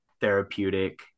therapeutic